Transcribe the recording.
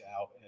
out